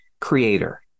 creator